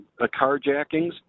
carjackings